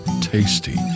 tasty